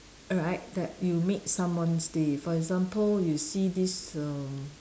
alright that you made someone's day for example you see this err